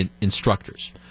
instructors